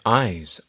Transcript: eyes